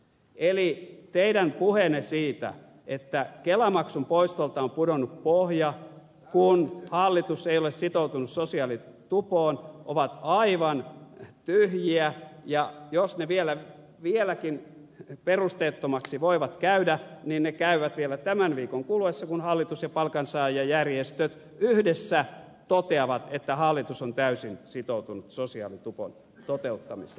eli teidän puheenne siitä että kelamaksun poistolta on pudonnut pohja kun hallitus ei ole sitoutunut sosiaalitupoon ovat aivan tyhjiä ja jos ne vieläkin perusteettomammiksi voivat käydä niin ne käyvät vielä tämän viikon kuluessa kun hallitus ja palkansaajajärjestöt yhdessä toteavat että hallitus on täysin sitoutunut sosiaalitupon toteuttamiseen